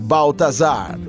Baltazar